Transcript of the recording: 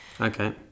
Okay